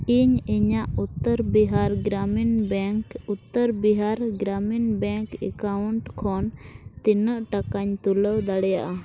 ᱤᱧ ᱤᱧᱟᱹᱜ Uttar Bihar Gramin bank Uttar Bihar Gramin bank account ᱠᱷᱚᱱ ᱛᱤᱱᱟᱹᱜ ᱴᱟᱠᱟᱧ ᱛᱩᱞᱟᱹᱣ ᱫᱟᱲᱮᱭᱟᱜᱼᱟ